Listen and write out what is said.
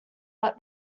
let